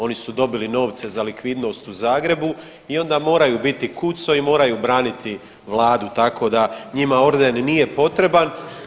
Oni su dobili novce za likvidnost u Zagrebu i onda moraju biti kuco i moraju braniti Vladu tako da njima orden nije potreban.